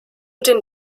den